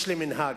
מנהג.